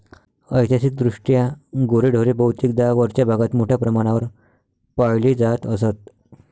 ऐतिहासिकदृष्ट्या गुरेढोरे बहुतेकदा वरच्या भागात मोठ्या प्रमाणावर पाळली जात असत